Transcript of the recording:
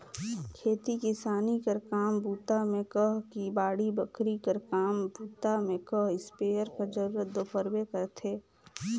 खेती किसानी कर काम बूता मे कह कि बाड़ी बखरी कर काम बूता मे कह इस्पेयर कर जरूरत दो परबे करथे